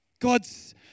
God's